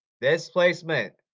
Displacement